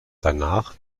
danach